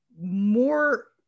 more